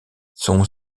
son